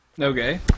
Okay